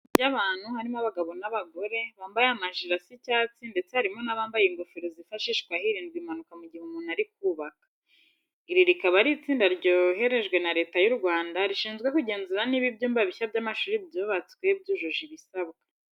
Ni itsinda ry'abantu harimo abagabo n'abagore, bambaye amajire asa icyatsi ndetse harimo n'abambaye ingofero zifashishwa hirindwa impanuka mu gihe umuntu ari kubaka. Iri rikaba ari itsinda ryoherejwe na Leta y'u Rwanda rishinzwe kugenzura niba ibyumba bishya by'amashuri byubatswe byujuje ibisabwa.